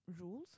rules